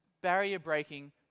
barrier-breaking